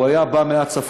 הוא היה בא מהצפון,